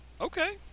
okay